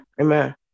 Amen